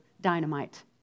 dynamite